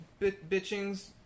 bitchings